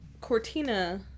Cortina